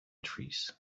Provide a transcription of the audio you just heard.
trees